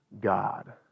God